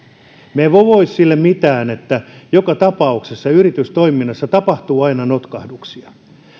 me emme voi sille mitään että joka tapauksessa yritystoiminnassa tapahtuu aina notkahduksia